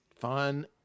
Fun